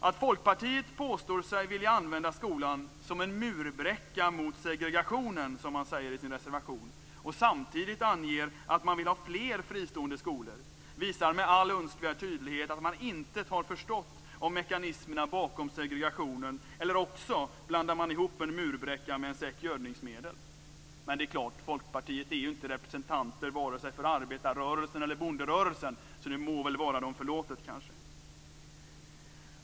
Att Folkpartiet påstår sig vilja använda skolan som "en murbräcka mot segregation", som man skriver i sin reservation, och samtidigt anger att man vill ha fler fristående skolor visar med all önskvärd tydlighet att man intet har förstått av mekanismerna bakom segregationen, eller också blandar man ihop en murbräcka med en säck gödningsmedel. Men det är klart: Folkpartiet är inte representant för vare sig arbetarrörelsen eller bonderörelsen, så det må kanske vara det förlåtet.